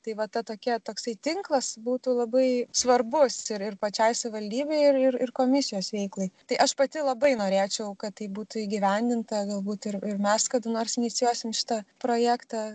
tai va ta tokia toksai tinklas būtų labai svarbus ir ir pačiai savivaldybei ir ir komisijos veiklai tai aš pati labai norėčiau kad tai būtų įgyvendinta galbūt ir mes kada nors inicijuosim šitą projektą